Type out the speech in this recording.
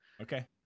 Okay